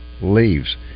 leaves